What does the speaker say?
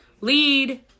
Lead